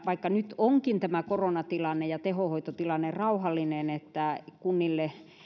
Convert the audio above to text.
vaikka nyt onkin tämä koronatilanne ja tehohoitotilanne rauhallinen että